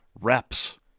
reps